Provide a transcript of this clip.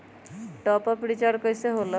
Top up recharge कइसे होएला?